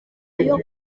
ayo